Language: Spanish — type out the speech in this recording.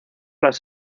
las